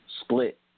split